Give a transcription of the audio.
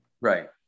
right